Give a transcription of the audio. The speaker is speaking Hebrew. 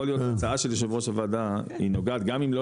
יכול להיות שההצעה של יושב ראש הוועדה היא נוגעת גם אם לא